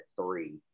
three